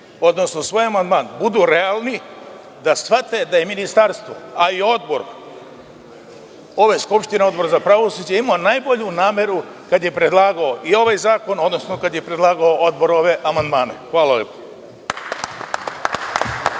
odnosno svoj amandman, budu realni, da shvate da je Ministarstvo, a i Odbor za pravosuđe imao najbolju nameru kada je predlagao i ovaj zakon, odnosno kada je predlagao ove amandmane. Hvala lepo.